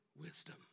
wisdom